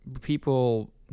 people